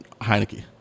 Heineke